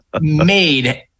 made